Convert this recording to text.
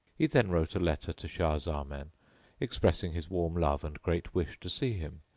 he then wrote a letter to shah zaman expressing his warm love and great wish to see him,